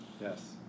Yes